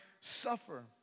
suffer